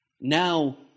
Now